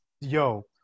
Yo